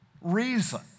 reason